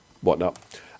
whatnot